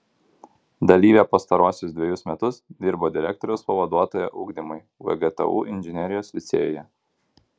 dalyvė pastaruosius dvejus metus dirbo direktoriaus pavaduotoja ugdymui vgtu inžinerijos licėjuje